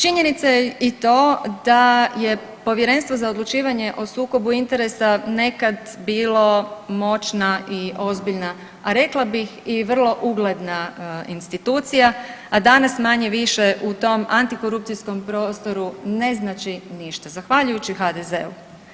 Činjenica je i to da je Povjerenstvo za odlučivanje o sukobu interesa nekad bilo moćna i ozbiljna, a rekla bih i vrlo ugledna institucija, a danas manje-više u tom antikorupcijskom prostoru ne znači ništa zahvaljujući HDZ-u.